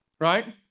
Right